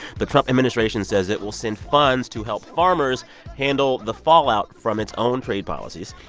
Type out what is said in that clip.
the trump administration says it will send funds to help farmers handle the fallout from its own trade policies.